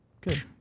Good